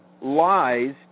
lies